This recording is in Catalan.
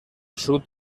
sud